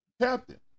captain